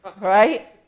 Right